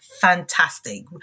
fantastic